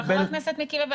אבל חבר הכנסת מיקי לוי,